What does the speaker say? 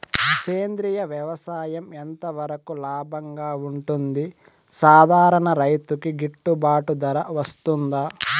సేంద్రియ వ్యవసాయం ఎంత వరకు లాభంగా ఉంటుంది, సాధారణ రైతుకు గిట్టుబాటు ధర వస్తుందా?